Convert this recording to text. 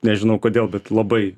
nežinau kodėl bet labai